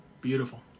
Beautiful